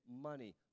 Money